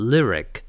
Lyric